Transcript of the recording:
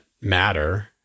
matter